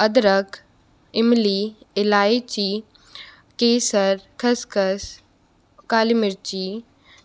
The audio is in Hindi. अदरक इमली इलायची केसर खसखस काली मिर्ची